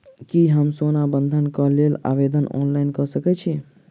की हम सोना बंधन कऽ लेल आवेदन ऑनलाइन कऽ सकै छी?